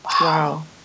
Wow